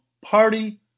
party